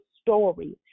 story